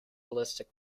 ballistic